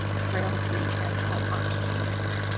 frailty and home oxygen use.